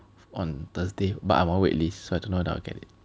on thursday but I'm on wait list so I don't know whether I will get it